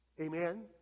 Amen